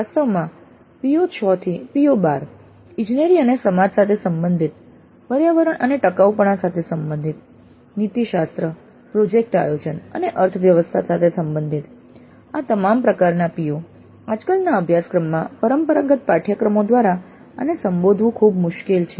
વાસ્તવમાં PO6 થી PO12 ઇજનેરી અને સમાજ સાથે સંબંધિત પર્યાવરણ અને ટકાઉપણું સાથે સંબંધિત નીતિશાસ્ત્ર પ્રોજેક્ટ આયોજન અને અર્થવ્યવસ્થા સાથે સંબંધિત આ તમામ પ્રકારના PO આજકાલના અભ્યાસક્રમમાં પરંપરાગત પાઠ્યક્રમો દ્વારા આને સંબોધવું ખૂબ મુશ્કેલ છે